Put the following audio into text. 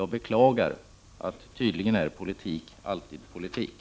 Jag beklagar att politik tydligen alltid är politik.